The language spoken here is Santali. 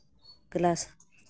ᱠᱞᱟᱥ